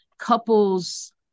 couples